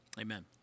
Amen